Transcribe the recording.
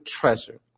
treasure